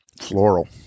Floral